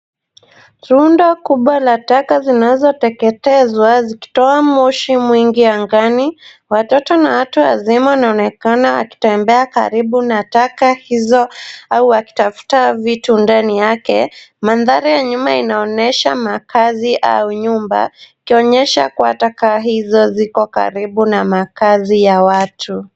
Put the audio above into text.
Rundo kubwa la taka zinazoteketezwa zikitoa moshi mwingi angani. Watoto na watu wazima wanaonekana wakitembea karibu na taka hizo au wakitafuta vitu ndani yake. Mandhari ya nyuma inaonyesha makaazi au nyumba ikionyesha taka hizo ziko karibu na makaazi ya watu.